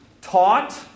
taught